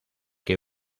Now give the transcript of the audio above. que